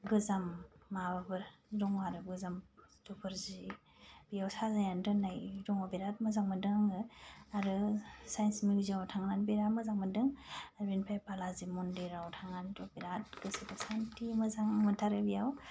गोजाम माबाबो दङ आरो गोजाम बुस्तुफोर जि इयाव साजायनानै दोननाय बिरात मोजां मोन्दों आङो आरो साइन्स मिउजियाम थांनानै बिरात मोजां मोन्दों दा बिनिफ्राय बालाजी मन्दिराव थांनानै बिरात गोसोखौ सान्ति मोजां मोन्थारो बियाव